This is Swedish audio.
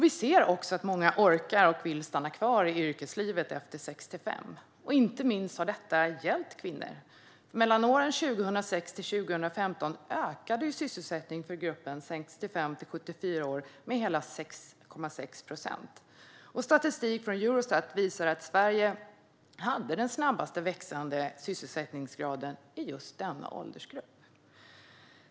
Vi ser också att många orkar och vill stanna kvar i yrkeslivet efter 65. Detta har inte minst hjälpt kvinnor. Mellan åren 2006 och 2015 ökade sysselsättningen i gruppen 65-74 år med hela 6,6 procent. Statistik från Eurostat visar att Sverige hade den snabbast växande sysselsättningsgraden i just denna åldersgrupp.